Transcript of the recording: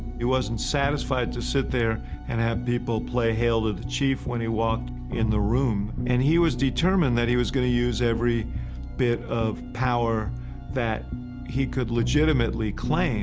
he wasn't satisfied to sit there and have people play hail to the chief when he walked in the room. and he was determined that he was going to use every bit of power that he could legitimately